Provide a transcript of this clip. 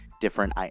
different